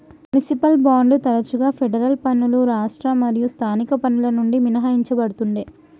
municipal బాండ్లు తరచుగా federal పన్నులు రాష్ట్ర మరియు స్థానిక పన్నుల నుండి మినహాయించబడతుండే